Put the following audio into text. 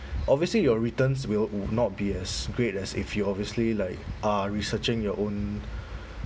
obviously your returns will w~ not be as great as if you obviously like uh researching your own